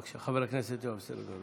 בבקשה, חבר הכנסת יואב סגלוביץ'.